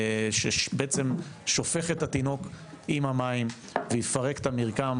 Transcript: שבעצם שופך את התינוק עם המים ויפרק את המרקם